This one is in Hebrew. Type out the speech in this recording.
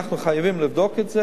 אנחנו חייבים לבדוק את זה,